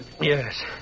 Yes